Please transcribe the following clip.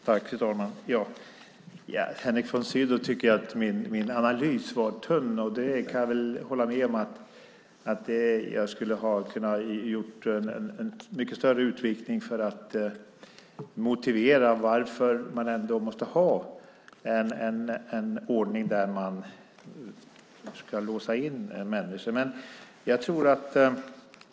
Fru talman! Henrik von Sydow tycker att min analys var tunn. Jag kan väl hålla med om att jag kunde ha gjort en mycket större utläggning för att motivera varför man måste ha en ordning när man ska låsa in människor.